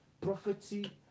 prophecy